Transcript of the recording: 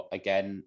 again